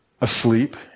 asleep